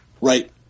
right